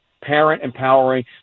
parent-empowering